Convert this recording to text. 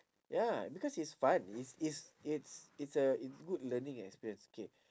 ya because it's fun is it's it's it's a it's good learning experience K